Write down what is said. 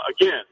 again